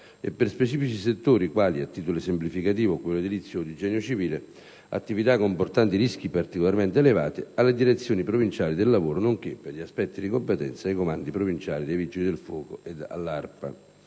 e per specifici settori quali, a titolo esemplificativo, quello edilizio o di genio civile, attività comportanti rischi particolarmente elevati, alle Direzioni provinciali del lavoro nonché, per gli aspetti di competenza, ai comandi provinciali dei Vigili del fuoco ed all'ARPA.